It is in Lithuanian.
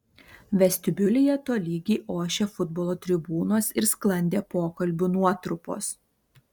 vestibiulyje tolygiai ošė futbolo tribūnos ir sklandė pokalbių nuotrupos